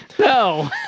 no